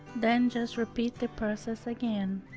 then just repeat the process again